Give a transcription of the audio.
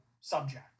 subject